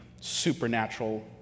supernatural